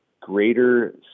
greater